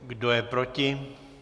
Kdo je proti?